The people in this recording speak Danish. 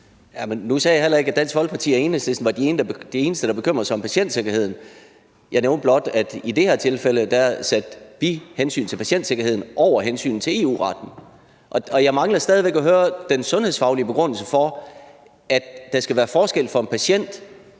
Nu sagde jeg heller ikke, at Dansk Folkeparti og Enhedslisten var de eneste, der bekymrede sig om patientsikkerheden. Jeg nævnte blot, at vi i det her tilfælde satte hensynet til patientsikkerheden over hensynet til EU-retten. Og jeg mangler stadig væk at høre den sundhedsfaglige begrundelse for, at der for patienten